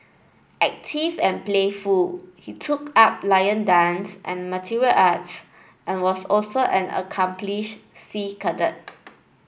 active and playful he took up lion dance and material arts and was also an accomplished sea cadet